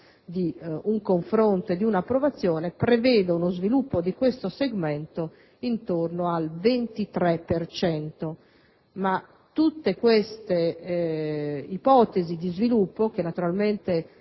di un confronto e di un'approvazione, preveda uno sviluppo di questo segmento intorno al 23 per cento. Tutte queste ipotesi di sviluppo, che naturalmente